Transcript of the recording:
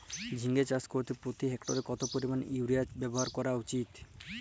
ঝিঙে চাষ করতে প্রতি হেক্টরে কত পরিমান ইউরিয়া ব্যবহার করা উচিৎ?